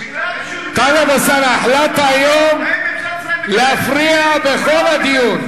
טלב אלסאנע, החלטת היום להפריע בכל הדיון.